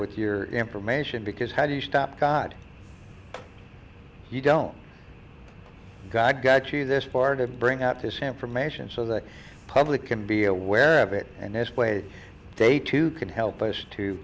with your information because how do you stop god you don't got you this far to bring out this information so the public can be aware of it and this way they too can help us to